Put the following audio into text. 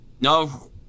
no